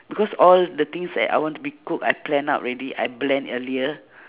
because all the things that I want to be cooked I plan out already I blend earlier